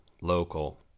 local